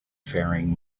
faring